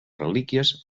relíquies